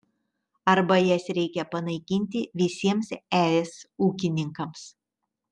arba jas reikia panaikinti visiems es ūkininkams